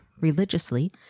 religiously